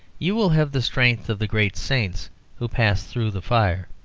you will have the strength of the great saints who passed through the fire.